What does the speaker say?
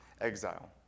exile